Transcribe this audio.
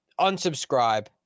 unsubscribe